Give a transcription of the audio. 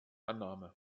annahme